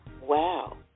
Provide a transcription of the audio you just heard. wow